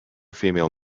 female